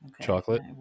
chocolate